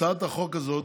הצעת החוק הזאת